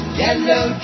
yellow